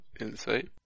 Insight